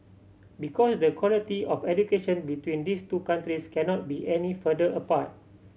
because the quality of education between these two countries cannot be any further apart